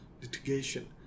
litigation